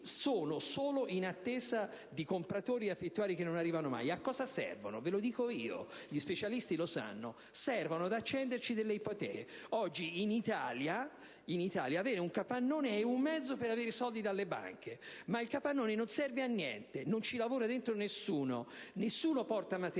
sono solo in attesa di compratori e affittuari che non arrivano mai. A cosa servono? Ve lo dico io, ma gli specialisti lo sanno: servono ad accenderci ipoteche. Oggi in Italia possedere un capannone è un mezzo per avere soldi dalle banche: il capannone non serve a niente, non ci lavora dentro nessuno, nessuno porta materiale